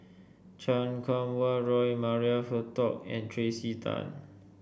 Chan Kum Wah Roy Maria Hertogh and Tracey Tan